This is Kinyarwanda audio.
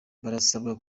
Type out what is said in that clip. barasabwa